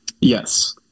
Yes